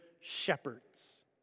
shepherds